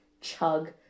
chug